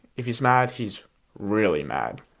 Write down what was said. if he's mad he's really mad.